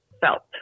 felt